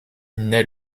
naît